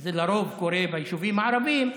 שזה קורה לרוב ביישובים הערביים,